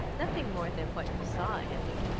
nothing more than what you saw, annie.